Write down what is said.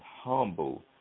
humble